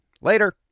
Later